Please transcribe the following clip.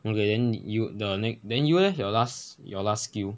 okay then you the next then you leh your last your last skill